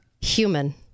human